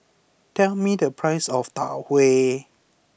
tell me the price of Tau Huay